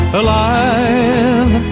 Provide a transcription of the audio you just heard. alive